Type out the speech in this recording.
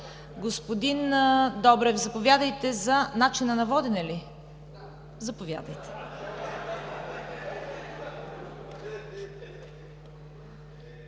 Господин Добрев, заповядайте. За начина на водене ли? Заповядайте.